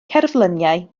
cerfluniau